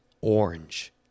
orange